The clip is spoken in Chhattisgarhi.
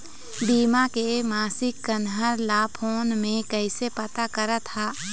बीमा के मासिक कन्हार ला फ़ोन मे कइसे पता सकत ह?